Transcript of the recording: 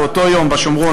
ב-29 בנובמבר,